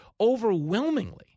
overwhelmingly